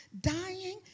dying